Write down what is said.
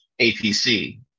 apc